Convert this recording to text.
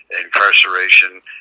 incarceration